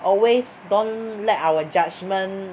always don't let our judgment